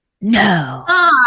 no